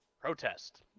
protest